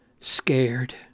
scared